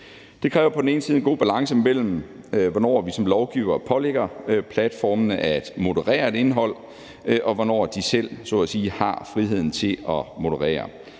Det kræver på den ene side en god balance mellem, hvornår vi som lovgivere pålægger platformene at moderere indhold, og hvornår de selv så at sige har friheden til at moderere.